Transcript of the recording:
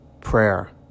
Prayer